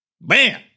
bam